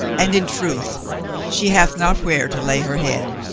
and in truth she hath not where to lay her head.